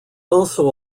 also